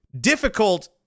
difficult